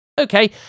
Okay